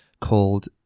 called